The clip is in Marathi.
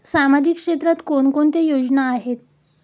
सामाजिक क्षेत्रात कोणकोणत्या योजना आहेत?